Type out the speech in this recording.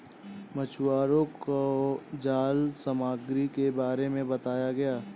मछुवारों को जाल सामग्री के बारे में बताया गया